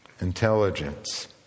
intelligence